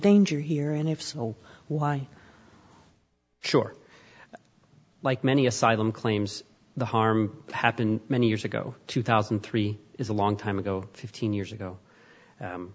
danger here and if so why sure like many asylum claims the harm happened many years ago two thousand and three is a long time ago fifteen years ago